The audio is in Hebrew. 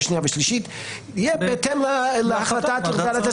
שנייה ושלישית יהיה בהתאם להחלטת ועדת שרים.